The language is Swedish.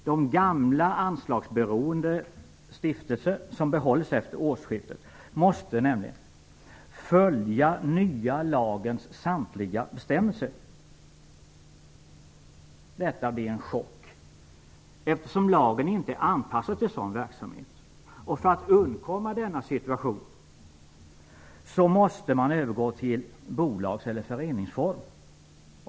De gamla anslagsberoende stiftelser som behålles efter årsskiftet måste nämligen följa den nya lagens samtliga bestämmelser. Detta blir en chock, eftersom lagen inte är anpassad till sådan verksamhet. För att undkomma denna situation måste man övergå till bolags eller föreningsform.